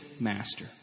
master